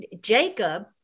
Jacob